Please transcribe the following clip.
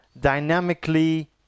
dynamically